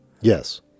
Yes